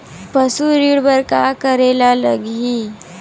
पशु ऋण बर का करे ला लगही?